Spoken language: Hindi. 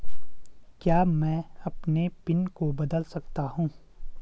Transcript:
क्या मैं अपने पिन को बदल सकता हूँ?